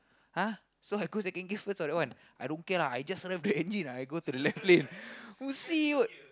!huh! so I go second gear first or that one I don't care lah I just rev the engine I go to the left lane